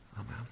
Amen